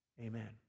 amen